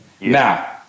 Now